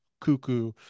cuckoo